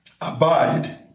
abide